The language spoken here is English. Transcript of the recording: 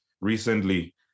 recently